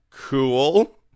Cool